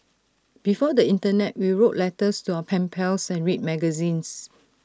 before the Internet we wrote letters to our pen pals and read magazines